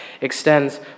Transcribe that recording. extends